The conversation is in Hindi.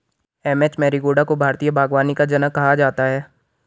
एम.एच मैरिगोडा को भारतीय बागवानी का जनक कहा जाता है